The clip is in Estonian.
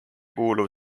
kuuluv